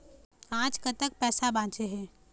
आज कतक पैसा बांचे हे?